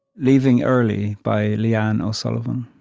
leaving early by leanne o'sullivan